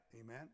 Amen